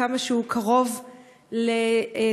כמה שהוא קרוב לתושבים,